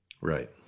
right